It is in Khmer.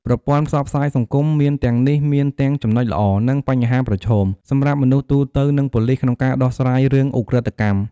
ប្រព័ន្ធផ្សព្វផ្សាយសង្គម មានទាំងនេះមានទាំង ចំណុចល្អ និង បញ្ហាប្រឈម សម្រាប់ មនុស្សទូទៅ និង ប៉ូលិស ក្នុងការដោះស្រាយរឿង ឧក្រិដ្ឋកម្ម។